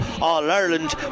All-Ireland